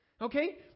Okay